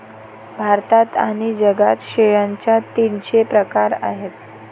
भारतात आणि जगात शेळ्यांचे तीनशे प्रकार आहेत